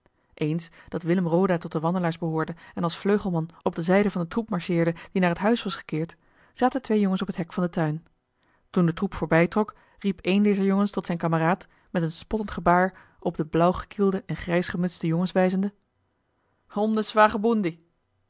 eens dat willem roda tot de wandelaars behoorde en als vleugelman op de zijde van den troep marcheerde die naar het huis was gekeerd zaten twee jongens op het hek van den tuin toen de troep voorbij trok riep één dezer jongens tot zijn kameraad met een spottend gebaar op de blauwgekielde en grijsgemutste jongens wijzende omnes